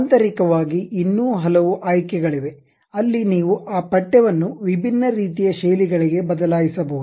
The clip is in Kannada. ಆಂತರಿಕವಾಗಿ ಇನ್ನೂ ಹಲವು ಆಯ್ಕೆಗಳಿವೆ ಅಲ್ಲಿ ನೀವು ಆ ಪಠ್ಯವನ್ನು ವಿಭಿನ್ನ ರೀತಿಯ ಶೈಲಿಗಳಿಗೆ ಬದಲಾಯಿಸಬಹುದು